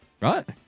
right